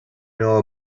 know